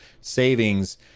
savings